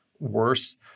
worse